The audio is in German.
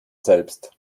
selbst